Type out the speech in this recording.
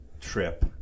trip